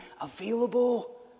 available